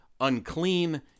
unclean